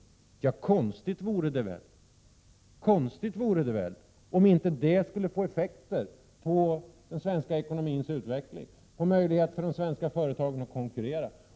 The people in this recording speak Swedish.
Sammantaget blir det 32 20. Konstigt vore det väl, om inte det skulle få effekter på den svenska ekonomins utveckling, på möjligheten för de svenska företagen att konkurrera.